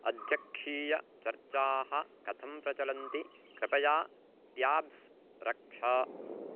अध्यक्षीयचर्चाः कथं प्रचलन्ति कृपया प्याब्स् रक्ष